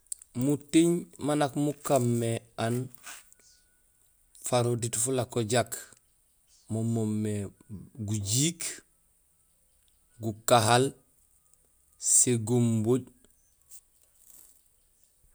Muting ma nak mukaan mé aan farool diit fulako jaak mo moomé: gujiik, gukahaal, sigumbuuj.